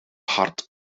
hard